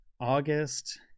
August